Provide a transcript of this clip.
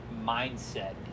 mindset